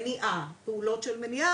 ופעולות של מניעה,